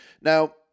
Now